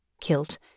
kilt